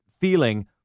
feeling